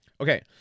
Okay